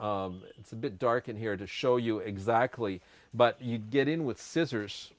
it's a bit dark in here to show you exactly but you get in with scissors